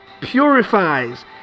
purifies